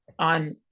on